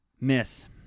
Miss